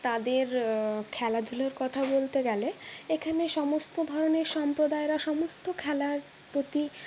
তাদের খেলাধুলার কথা বলতে গেলে এখানে সমস্ত ধরনের সম্প্রদায়রা সমস্ত খেলার প্রতি